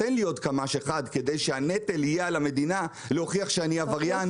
תן לי עוד קמ"ש אחד כדי שהנטל יהיה על המדינה להוכיח שאני עבריין,